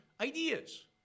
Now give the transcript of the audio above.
ideas